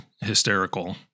hysterical